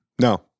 No